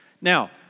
Now